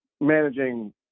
managing